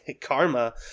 karma